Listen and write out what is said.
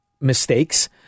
mistakes